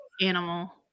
animal